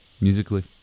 musically